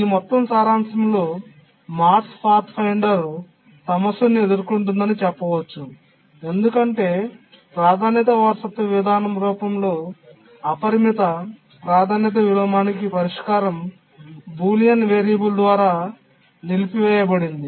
ఈ మొత్తం సారాంశంలో మార్స్ పాత్ఫైండర్ సమస్యను ఎదుర్కొంటుందని చెప్పవచ్చు ఎందుకంటే ప్రాధాన్యత వారసత్వ విధానం రూపంలో అపరిమిత ప్రాధాన్యత విలోమానికి పరిష్కారం బూలియన్ వేరియబుల్ ద్వారా నిలిపివేయబడింది